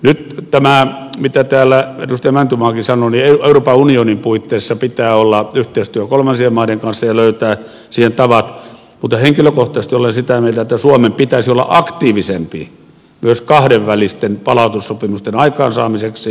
nyt mitä täällä edustaja mäntymaakin sanoi euroopan unionin puitteissa pitää olla yhteistyö kolmansien maiden kanssa ja löytää siihen tavat mutta henkilökohtaisesti olen sitä mieltä että suomen pitäisi olla aktiivisempi myös kahdenvälisten palautussopimusten aikaansaamiseksi